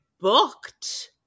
booked